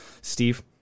Steve